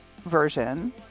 version